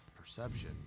perception